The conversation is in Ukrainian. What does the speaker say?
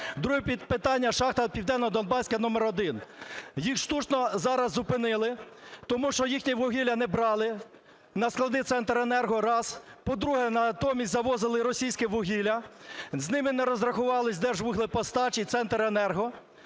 Друге питання. Шахта "Південнодонбаська № 1". Їх штучно зараз зупинили, тому що їхнє вугілля не брали на склади "Центренерго". Раз. По-друге, натомість завозили російське вугілля. З ними не розрахувались "Держвуглепостач" і "Центренерго".